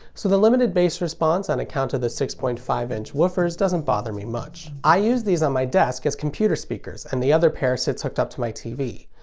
so the limited bass response on account of the six point five inch woofers doesn't bother me much. i use these on my desk as computer speakers, and the other pair sits hooked up to my tv.